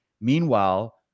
Meanwhile